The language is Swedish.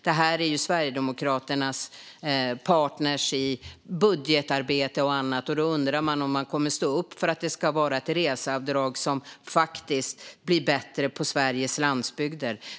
Detta är Sverigedemokraternas partner i budgetarbete och annat, och då undrar jag om man kommer att stå upp för att det ska vara ett reseavdrag som gör att det faktiskt blir bättre på Sveriges landsbygd.